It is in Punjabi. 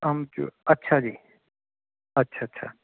ਅੰਮਚੂਰ ਅੱਛਾ ਜੀ ਅੱਛਾ ਅੱਛਾ